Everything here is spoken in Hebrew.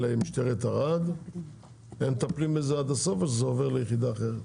למשטרת ערד והם מטפלים בזה עד הסוף או שזה עובר ליחידה אחרת?